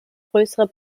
größere